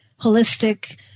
holistic